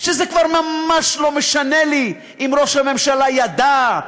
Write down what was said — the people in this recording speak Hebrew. וזה כבר ממש לא משנה לי אם ראש הממשלה ידע,